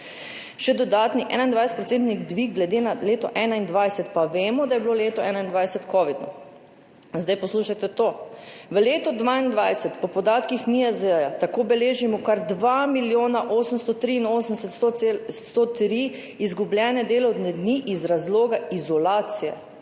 Še dodatni 21-procentni dvig glede na leto 2021, pa vemo, da je bilo leto 2021 kovidno. In zdaj poslušajte to! V letu 2022 po podatkih NIJZ tako beležimo kar 2 milijona 883 tisoč 103 izgubljene delovne dni iz razloga izolacije.